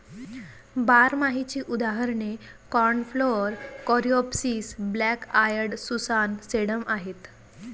बारमाहीची उदाहरणे cornflower, coreopsis, black eyed Susan, sedum आहेत